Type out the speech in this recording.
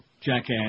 Jackass